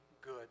good